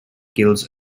guilds